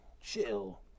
chill